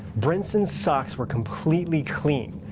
brinson's socks were completely clean.